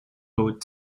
boat